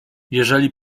jeżeli